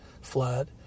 flood